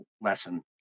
lesson